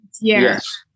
Yes